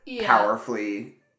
powerfully